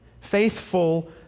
Faithful